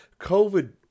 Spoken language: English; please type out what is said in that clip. COVID